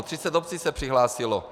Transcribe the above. Třicet obcí se přihlásilo.